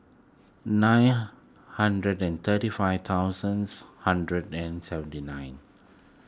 nine hundred and thirty five thousands hundred and seventy nine